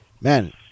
Man